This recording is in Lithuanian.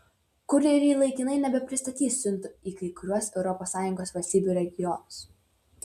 kurjeriai laikinai nebepristatys siuntų į kai kuriuos europos sąjungos valstybių regionus